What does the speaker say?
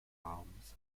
arms